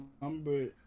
Number